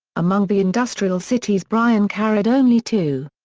among the industrial cities bryan carried only two.